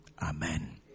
Amen